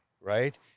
right